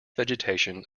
vegetation